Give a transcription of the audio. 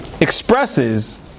expresses